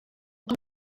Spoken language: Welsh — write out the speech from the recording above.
yng